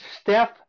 Steph